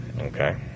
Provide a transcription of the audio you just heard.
Okay